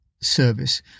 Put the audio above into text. service